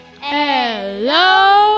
hello